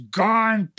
gone